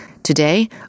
Today